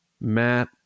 Matt